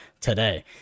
today